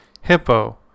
Hippo